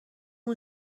اون